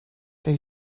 they